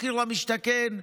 במחיר למשתכן,